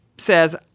says